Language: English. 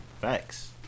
Facts